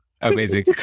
Amazing